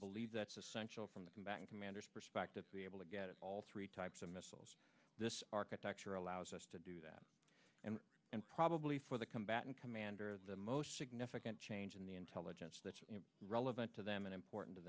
believe that's essential from the combatant commanders perspective to be able to get all three types of missiles this architecture allows us to do that and probably for the combatant commander the most significant change in the intelligence that's relevant to them and important to